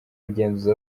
bugenzuzi